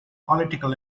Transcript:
political